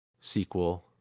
sequel